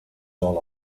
all